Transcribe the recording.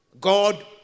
God